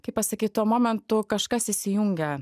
kaip pasakyt tuo momentu kažkas įsijungia